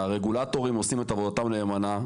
הרגולטורים עושים את עבודתם נאמנה.